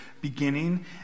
beginning